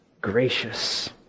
gracious